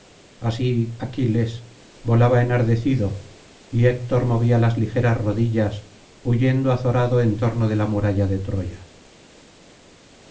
así aquiles volaba enardecido y héctor movía las ligeras rodillas huyendo azorado en torno de la muralla de troya